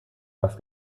was